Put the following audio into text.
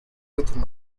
with